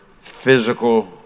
physical